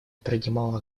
принимала